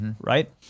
right